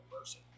person